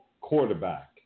quarterback